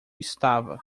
estava